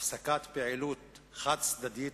הפסקת פעילות חד-צדדית,